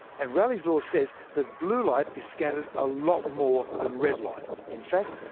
and raleigh's law says that blue light is scattered a lot more than red light in fact,